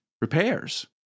repairs